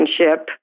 relationship